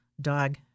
Dog